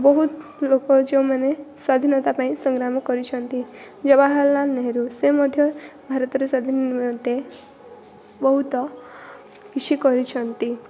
ବହୁତ୍ ଲୋକ ଯେଉଁମାନେ ସ୍ୱାଧୀନତା ପାଇଁ ସଂଗ୍ରାମ କରିଛନ୍ତି ଜବାହାରଲାଲ୍ ନେହେରୁ ସେ ମଧ୍ୟ ଭାରତର ସ୍ୱାଧୀନତା ନିମନ୍ତେ ବହୁତ କିଛି କରିଛନ୍ତି